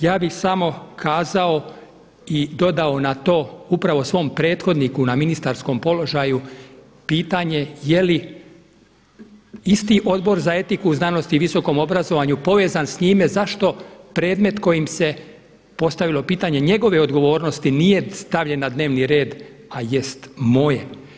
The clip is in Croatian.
Ja bih samo kazao i dodao na to upravo svom prethodniku na ministarskom položaju pitanje, je li isti Odbor za etiku u znanosti i visokom obrazovanju povezan s njime zašto predmet kojim se postavilo pitanje njegove odgovornosti nije stavljen na dnevni red, a jest moje?